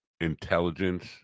intelligence